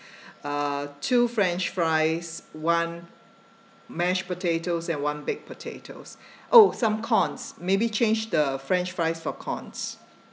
uh two french fries one mashed potatoes and one baked potatoes oh some corns maybe change the french fries for corns